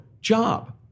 job